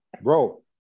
bro